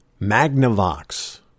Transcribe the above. Magnavox